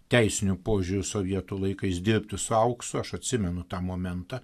teisiniu požiūriu sovietų laikais dirbių su auksu aš atsimenu tą momentą